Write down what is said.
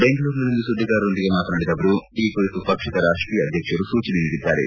ಬೆಂಗಳೂರಿನಲ್ಲಿಂದು ಸುದ್ದಿಗಾರರೊಂದಿಗೆ ಮಾತನಾಡಿದ ಅವರು ಈ ಕುರಿತು ಪಕ್ಷದ ರಾಷ್ಷೀಯ ಅಧ್ಯಕ್ಷರು ಸೂಚನೆ ನೀಡಿದ್ದಾರೆ